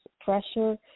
pressure